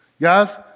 guys